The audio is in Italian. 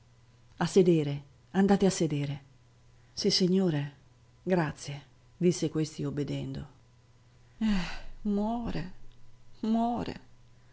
a sedere andate a sedere sissignore grazie disse questi obbedendo eh muore muore